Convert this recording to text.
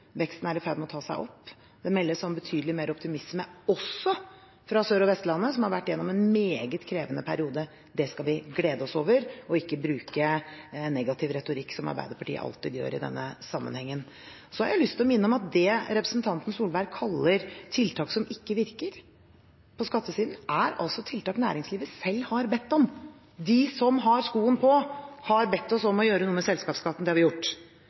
veksten er i ferd med å ta seg opp, og det meldes om betydelig mer optimisme også fra Sør- og Vestlandet, som har vært gjennom en meget krevende periode. Det skal vi glede oss over og ikke bruke negativ retorikk, som Arbeiderpartiet alltid gjør i denne sammenhengen. Så har jeg lyst til å minne om at det representanten Solberg kaller tiltak som ikke virker på skattesiden, er tiltak næringslivet selv har bedt om. De som har skoen på, har bedt oss om å gjøre noe med selskapsskatten. Det har vi gjort.